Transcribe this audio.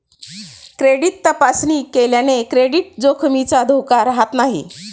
credit तपासणी केल्याने credit जोखमीचा धोका राहत नाही